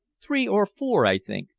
three or four, i think.